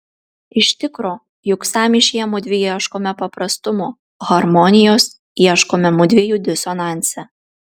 iš tikro juk sąmyšyje mudvi ieškome paprastumo harmonijos ieškome mudviejų disonanse